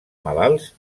malalts